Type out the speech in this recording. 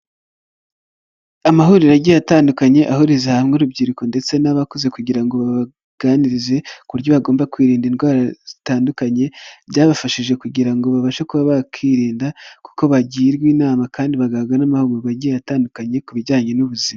Amahuriro yagiye atandukanye ahurizaha hamwe urubyiruko ndetse n'abakuze kugira ngo babaganirize ku buryo bagomba kwirinda indwara zitandukanye byabafashije kugira ngo babashe kuba bakirinda kuko bagirwa inama kandi bagabwa n'amahugurwagiye atandukanye ku bijyanye n'ubuzima.